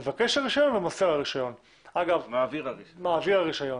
מבקש הרישיון ומעביר הרישיון.